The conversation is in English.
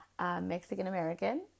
Mexican-American